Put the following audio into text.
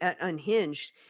unhinged